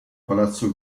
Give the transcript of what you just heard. palazzo